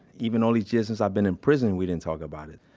even all these years since i've been in prison, we didn't talk about it.